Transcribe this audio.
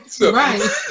Right